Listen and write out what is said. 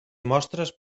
mostres